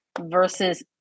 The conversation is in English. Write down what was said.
versus